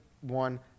one